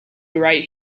right